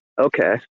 Okay